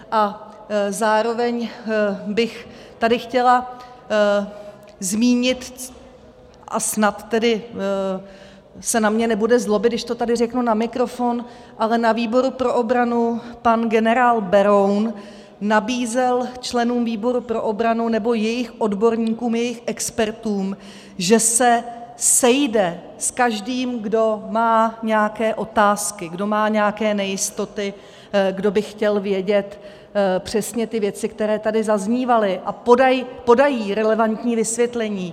A zároveň bych tady chtěla zmínit a snad se na mě nebude zlobit, když to tady řeknu na mikrofon ale na výboru pro obranu pan generál Beroun nabízel členům výboru pro obranu nebo jejich odborníkům, jejich expertům, že se sejde s každým, kdo má nějaké otázky, kdo má nějaké nejistoty, kdo by chtěl vědět přesně ty věci, které tady zaznívaly, a podají relevantní vysvětlení.